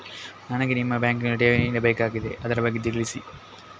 ನನಗೆ ನಿಮ್ಮ ಬ್ಯಾಂಕಿನಲ್ಲಿ ಠೇವಣಿ ಇಡಬೇಕಾಗಿದೆ, ಅದರ ಬಗ್ಗೆ ತಿಳಿಸಿ